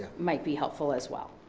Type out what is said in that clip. might be helpful as well.